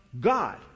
God